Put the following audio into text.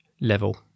level